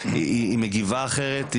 היא מגיבה אחרת,